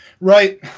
Right